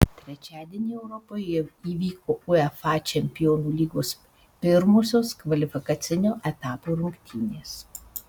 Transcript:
trečiadienį europoje įvyko uefa čempionų lygos pirmosios kvalifikacinio etapo rungtynės